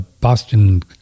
Boston